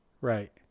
Right